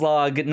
Log